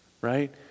right